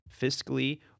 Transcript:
fiscally